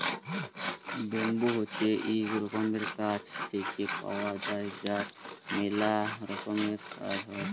bamboo হছে ইক রকমের গাছ থেক্যে পাওয়া যায় যার ম্যালা রকমের কাজ হ্যয়